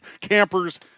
campers